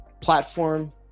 platform